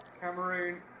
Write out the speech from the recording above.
Cameroon